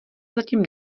zatím